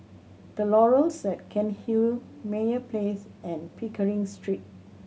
The Laurels at Cairnhill Meyer Place and Pickering Street